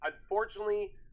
unfortunately